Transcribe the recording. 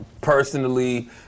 personally